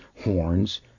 horns